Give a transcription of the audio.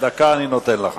דקה אני נותן לך.